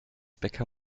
bäcker